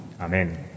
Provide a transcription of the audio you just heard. Amen